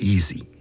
Easy